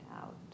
out